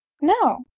No